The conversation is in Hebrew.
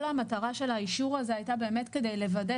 כל המטרה של האישור הזה הייתה באמת כדי לוודא